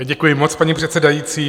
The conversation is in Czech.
Děkuji moc, paní předsedající.